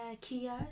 Kia